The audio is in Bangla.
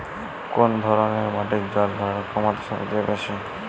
কোন ধরণের মাটির জল ধারণ ক্ষমতা সবচেয়ে বেশি?